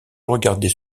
regardais